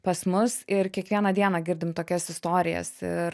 pas mus ir kiekvieną dieną girdim tokias istorijas ir